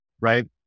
right